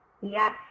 Yes